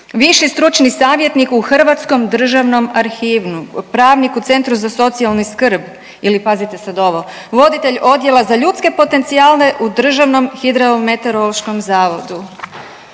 viši stručni savjetnik u Hrvatskom državnom arhivu, pravnik u centru za socijalnu skrb ili pazite sad ovo voditelj odjela za ljudske potencijale u Državnom hidrometeorološkom zavodu,